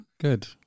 good